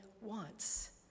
wants